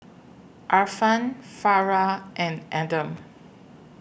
Irfan Farah and Adam